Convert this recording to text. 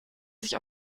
sich